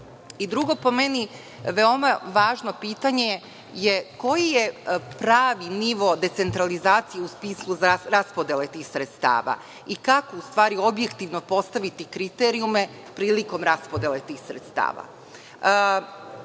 po meni, veoma važno pitanje je koji je pravi nivo decentralizacije u smislu raspodele tih sredstava i kako objektivno postaviti kriterijume prilikom raspodele tih sredstava. Treće,